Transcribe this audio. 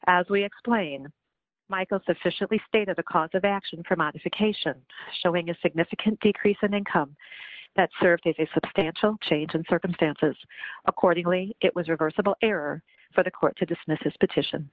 as we explain michael sufficiently state of the cause of action for modification showing a significant decrease in income that served as a substantial change in circumstances accordingly it was reversible error for the court to dismiss his petition